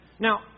Now